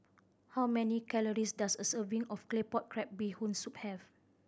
how many calories does a serving of Claypot Crab Bee Hoon Soup have